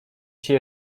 się